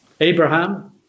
Abraham